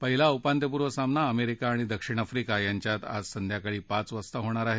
पहिला उपांत्यपूर्व सामना अमेरिका आणि दक्षिण आफ्रिका यांच्यात आज संध्याकाळी पाच वाजता होणार आहे